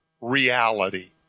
reality